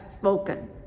spoken